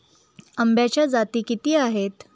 आंब्याच्या जाती किती आहेत?